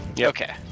okay